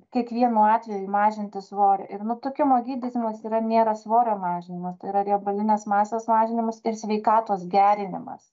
kiekvienu atveju mažinti svorį ir nutukimo gydymas yra nėra svorio mažinimas tai yra riebalinės masės mažinimas ir sveikatos gerinimas